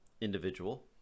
Individual